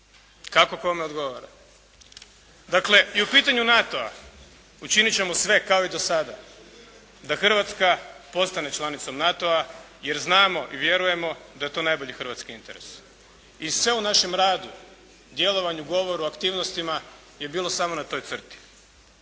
Kako kome odgovara. Dakle i u pitanju NATO-a učinit ćemo sve kao i dosada da Hrvatska postane članica NATO-a jer znamo i vjerujemo da je to najbolji Hrvatski interes. I sve u našem radu, djelovanju, govoru, aktivnostima je bilo samo na toj crti.